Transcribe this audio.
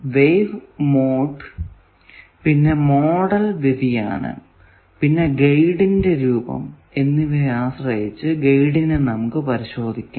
wave mode model വ്യതിയാനം പിന്നെ ഗൈഡിന്റെ രൂപം എന്നിവയെ ആശ്രയിച്ചു ഗൈഡിനെ നമുക്ക് പരിശോധിക്കാം